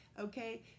okay